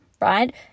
right